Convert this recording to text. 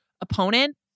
opponent